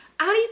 Ali's